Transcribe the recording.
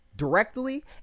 Directly